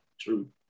True